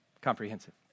comprehensive